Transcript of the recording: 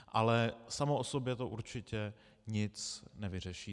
Ale samo o sobě to určitě nic nevyřeší.